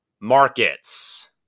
markets